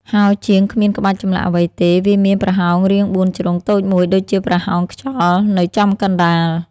ហោជាងគ្មានក្បាច់ចម្លាក់អ្វីទេ វាមានប្រហោងរាងបួនជ្រុងតូចមួយដូចជាប្រហោងខ្យល់នៅចំកណ្តាល។